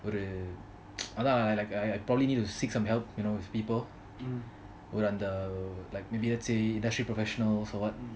ஒரு அதன்:oru athan I probably need to seek some help you know with people who are in the let's say industry professionals or [what]